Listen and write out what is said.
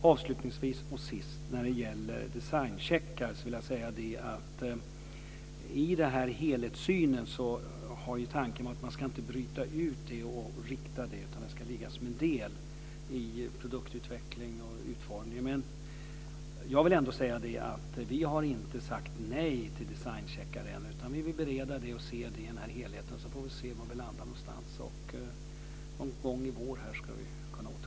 Avslutningsvis och sist vill jag när det gäller designcheckar säga så här. Tanken med helhetssynen har varit att man inte ska bryta ut något och rikta in sig på det, utan allt ska ligga som delar i produktutveckling och utformning. Jag vill ändå säga att vi ännu inte har sagt nej till designcheckar. Vi vill bereda frågan och se helheten, och så får vi se var vi landar. Någon gång i vår ska vi kunna återkomma.